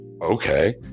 okay